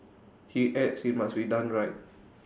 he adds IT must be done right